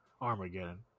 Armageddon